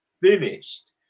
finished